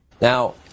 Now